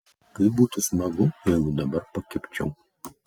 kaip būtų smagu jeigu dabar pakibčiau